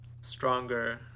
stronger